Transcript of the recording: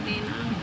Dena